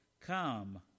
Come